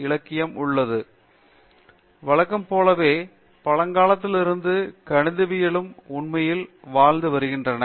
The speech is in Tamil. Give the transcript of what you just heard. பேராசிரியர் அரிந்தமா சிங் ஆமாம் வழக்கம் போலவே பழங்காலத்திலிருந்த கணிதவியலும் உண்மையிலேயே வாழ்ந்து வருகின்றன